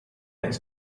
its